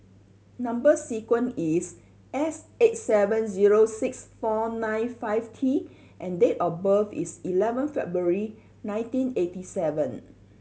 number sequence is S eight seven zero six four nine five T and date of birth is eleven February nineteen eighty seven